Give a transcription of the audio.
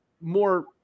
more